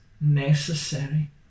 necessary